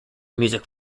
music